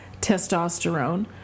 testosterone